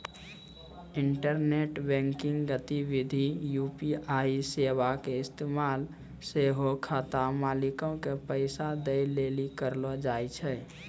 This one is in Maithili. इंटरनेट बैंकिंग गतिविधि मे यू.पी.आई सेबा के इस्तेमाल सेहो खाता मालिको के पैसा दै लेली करलो जाय छै